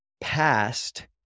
past